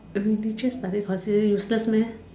err literature study considered useless meh